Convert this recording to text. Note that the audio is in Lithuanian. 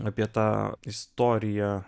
apie tą istoriją